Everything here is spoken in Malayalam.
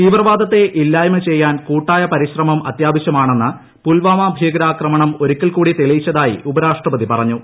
തീവ്രവാദത്തെ ഇല്ലായ്മ ചെയ്യാൻ കൂട്ടായ പരിശ്രമം അത്യാവശ്യമാണെന്ന് പുൽവാമ ഭീകരാക്രമണം ഒരിക്കൽക്കൂടി തെളിയിച്ചതായി ഉപരാഷ്ട്രപതി പറഞ്ഞു